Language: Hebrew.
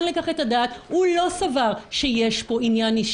אז מבחן הגלישה שנקבע על ידי בית המשפט העליון נועד